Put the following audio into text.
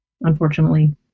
unfortunately